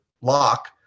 lock